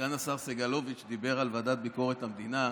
סגן השר סגלוביץ' דיבר על ועדת ביקורת המדינה.